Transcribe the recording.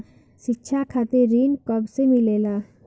शिक्षा खातिर ऋण कब से मिलेला?